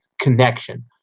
connection